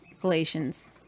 Galatians